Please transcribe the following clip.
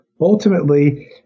ultimately